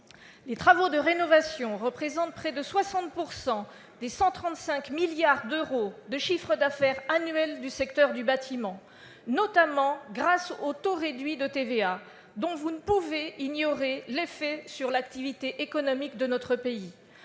Les travaux de rénovation représentent près de 60 % des 135 milliards d'euros de chiffre d'affaires annuel du secteur du bâtiment, notamment grâce au taux réduit de TVA, dont vous ne pouvez ignorer l'effet sur l'activité économique de notre pays.